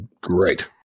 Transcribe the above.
great